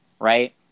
right